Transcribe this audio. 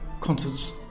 concerts